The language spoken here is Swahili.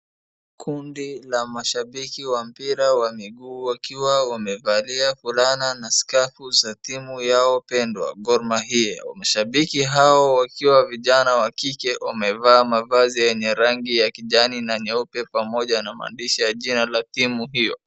Kundi la mashabiki wa mpira wa miguu wakiwa wamevalia fulana na skafu za timu yao pendwa, Gormahia. Mashabiki hao wakiwa vijana wa kike wamevaa mavazi yenye rangi ya kijani na nyeupe pamoja na maandishi ya jina la timu hio.